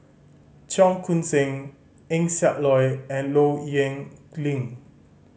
Cheong Koon Seng Eng Siak Loy and Low Yen Ling